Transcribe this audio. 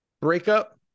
breakup